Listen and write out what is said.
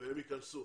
והם ייכנסו.